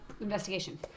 investigation